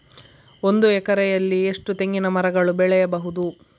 ಒಂದು ಎಕರೆಯಲ್ಲಿ ಎಷ್ಟು ತೆಂಗಿನಮರಗಳು ಬೆಳೆಯಬಹುದು?